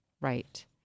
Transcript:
Right